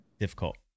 difficult